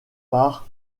part